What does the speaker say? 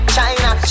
China